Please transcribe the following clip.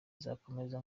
nzakomeza